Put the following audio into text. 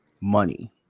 money